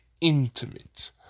intimate